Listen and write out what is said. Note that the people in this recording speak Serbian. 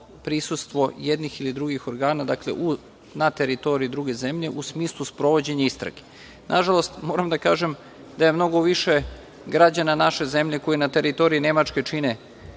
prisustvo jednih ili drugih organa na teritoriji druge zemlje u smislu sprovođenja istrage. Nažalost, moram da kažem da je mnogo više građana naše zemlje koji na teritoriji Nemačke čine